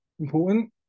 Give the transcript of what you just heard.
important